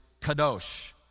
kadosh